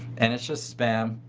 and it's just spam.